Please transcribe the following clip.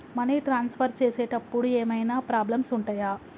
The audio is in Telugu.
మనీ ట్రాన్స్ఫర్ చేసేటప్పుడు ఏమైనా ప్రాబ్లమ్స్ ఉంటయా?